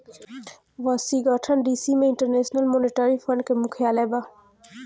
Washington D C में International Monetary Fund के मुख्यालय बा